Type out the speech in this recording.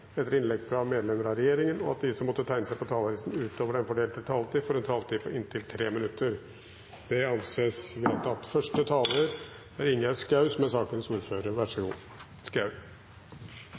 etter innlegg fra medlemmer av regjeringen innenfor den fordelte taletid, og at de som måtte tegne seg på talerlisten utover den fordelte taletid, får en taletid på inntil 3 minutter. – Det anses vedtatt. Første taler er Tina Bru for Odd Henriksen, som er ordfører